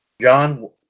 John